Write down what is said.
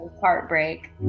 heartbreak